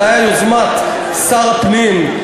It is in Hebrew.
זו הייתה יוזמת שר הפנים,